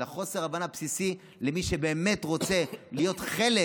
על חוסר הבנה בסיסי כלפי מי שבאמת רוצה להיות חלק